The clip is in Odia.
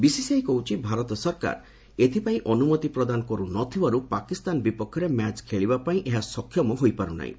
ବିସିସିଆଇ କହିଛି ଭାରତ ସରକାର ଏଥିପାଇଁ ଅନୁମତି ପ୍ରଦାନ କରୁନଥିବାରୁ ପାକିସ୍ତାନ ବିପକ୍ଷରେ ମ୍ୟାଚ୍ ଖେଳିବା ପାଇଁ ଏହା ସକ୍ଷମ ହୋଇପାରୁ ନାହିଁ